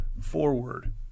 forward